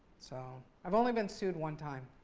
so i've only been sued one time.